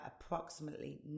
approximately